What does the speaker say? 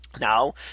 Now